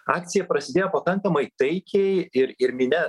akcija prasidėjo pakankamai taikiai ir ir minia